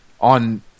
on